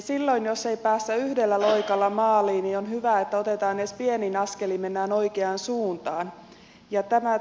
silloin jos ei päästä yhdellä loikalla maaliin niin on hyvä että edes pienin askelin mennään oikeaan suuntaan